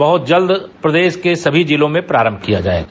बहुत जल्द प्रदेश के सभी जिलों में प्रारम्भ किया जायेगा